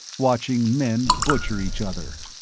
watching men butcher each other.